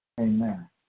Amen